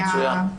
מצוין.